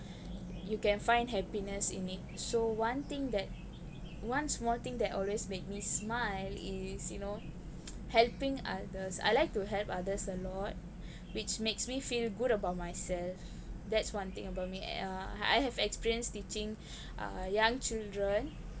you can find happiness in it so one thing that once more thing that always make me smile is you know helping others I'd like to help others a lot which makes me feel good about myself that's one thing about me uh I have experience teaching uh young children